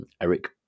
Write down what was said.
Eric